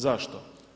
Zašto?